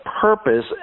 purpose